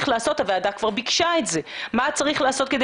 הוועדה כבר ביקשה לדעת גם לגבי מה שצריך לעשות כדי